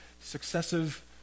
successive